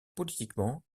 politiquement